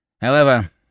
However